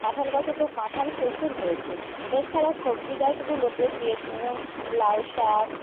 কাঁঠাল গাছে তো কাঁঠাল প্রচুর হয়েছে এছাড়া সবজি গাছগুলোতে বেগুন লাউ শাক